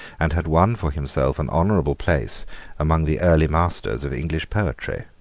and had won for himself an honourable place among the early masters of english poetry.